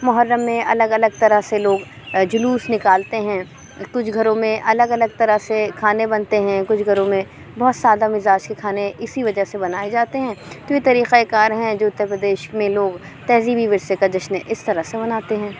محرم میں الگ الگ طرح سے لوگ جلوس نکالتے ہیں کچھ گھروں میں الگ الگ طرح سے کھانے بنتے ہیں کچھ گھروں میں بہت سادہ مزاج کے کھانے اسی وجہ سے بنائے جاتے ہیں تو یہ طریقہ کار ہیں جو اتر پردیش میں لوگ تہذیبی ورثے کا جشن اس طرح سے مناتے ہیں